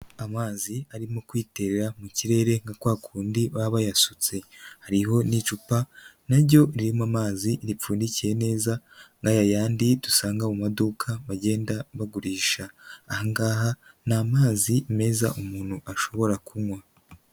Amazi arimo kwiterera mu kirere nka kwa kundi baba bayasutse, hariho n'icupa naryo ririmo amazi ripfundikiye neza na ya yandi dusanga mu maduka bagenda bagurisha ahangaha ni amazi meza umuntu ashobora kunywa.